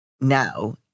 Now